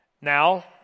Now